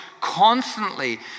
constantly